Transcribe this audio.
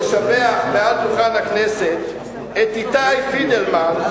לשבח מעל דוכן הכנסת את איתי פידלמן,